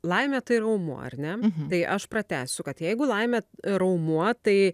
laimė tai raumuo ar ne tai aš pratęsiu kad jeigu laimė raumuo tai